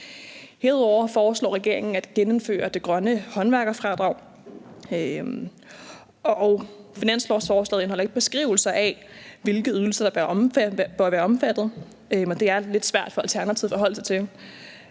Herudover foreslår regeringen at genindføre det grønne håndværkerfradrag. Finanslovsforslaget indeholder ikke beskrivelser af, hvilke ydelser der bør være omfattet, og det er lidt svært for Alternativet at forholde sig til.